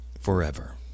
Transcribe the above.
forever